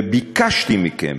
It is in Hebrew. ביקשתי מכם: